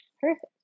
Perfect